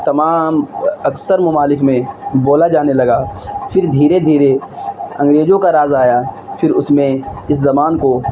تمام اکثر ممالک میں بولا جانے لگا پھر دھیرے دھیرے انگریزوں کا راج آیا پھر اس میں اس زبان کو